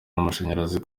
n’amashanyarazi